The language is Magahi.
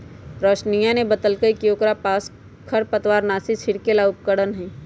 रोशिनीया ने बतल कई कि ओकरा पास खरपतवारनाशी छिड़के ला उपकरण हई